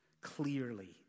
clearly